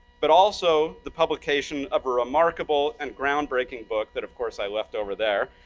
but also, the publication of a remarkable and groundbreaking book, that of course i left over there,